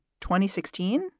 2016